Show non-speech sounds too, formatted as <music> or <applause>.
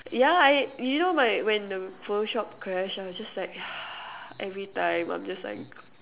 yeah I do you know my when the photoshop crash I was just like <noise> every time I'm just like